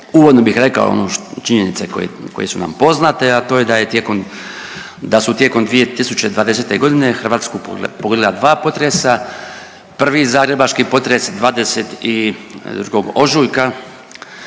Uvodno bih rekao ono činjenice koje su nam poznate, a to je da je tijekom, da su tijekom 2020. godine Hrvatsku pogodila dva potresa, prvi zagrebački potres 22. ožujka